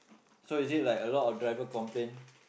so is it like a lot of driver complain